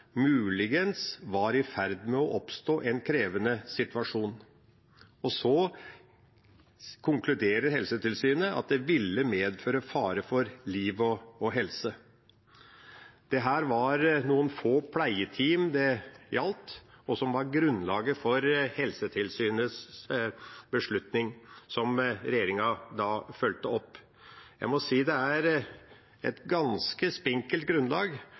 muligens var i ferd med å oppstå en krevende situasjon». Så konkluderer Helsetilsynet at det ville medføre fare for liv og helse. Det var noen få pleieteam dette gjaldt, og som var grunnlaget for Helsetilsynets beslutning, som regjeringen fulgte opp. Jeg må si det er et ganske spinkelt grunnlag.